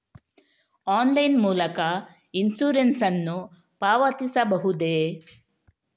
Online ಮೂಲಕ insurance ನ್ನು ಪಾವತಿಸಬಹುದೇ?